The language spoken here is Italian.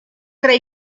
tre